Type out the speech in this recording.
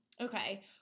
Okay